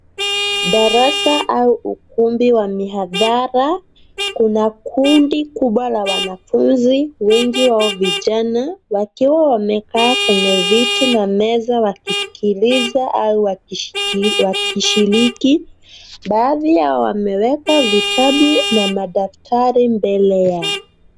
Darasa au ukumbi wa mohadhara. Kuna kundi kubwa la wanafunzi, wengi wao vijana wakiwa wamekaa kwenye viti na meza wakisikiliza au wakishiriki. Baadhi yao wameweka vitabu na madaftari mbele yao.